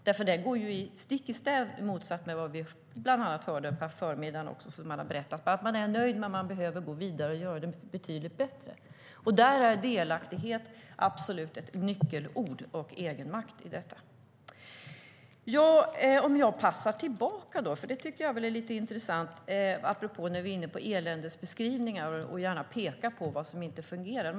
Den går stick i stäv med vad vi har hört bland annat under förmiddagen, nämligen att de är nöjda, men vi behöver gå vidare och göra det betydligt bättre. Delaktighet och egenmakt är absolut nyckelord i detta. När vi är inne på eländesbeskrivningar och att peka på vad som inte fungerar och annat passar jag tillbaka. Det tycker jag är lite intressant.